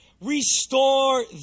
restore